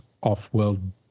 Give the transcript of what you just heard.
off-world